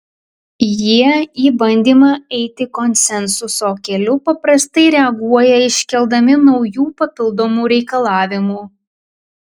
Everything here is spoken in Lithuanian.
jie į bandymą eiti konsensuso keliu paprastai reaguoja iškeldami naujų papildomų reikalavimų